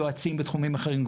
יועצים בתחומים אחרים,